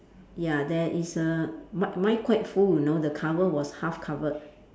ya there is a mine mine quite full you know the cover was half covered